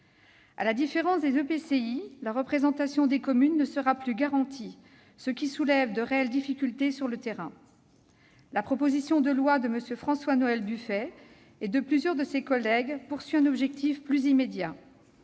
est prévu pour les EPCI, la représentation des communes n'y sera plus garantie, ce qui soulève de réelles difficultés sur le terrain. La proposition de loi de François-Noël Buffet et de plusieurs de ses collègues vise un objectif plus immédiat